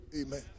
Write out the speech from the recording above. Amen